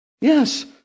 Yes